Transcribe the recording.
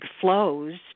flows